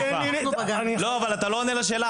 אתה לא עונה לשאלה.